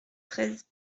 treize